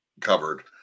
covered